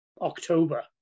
October